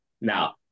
Now